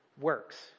works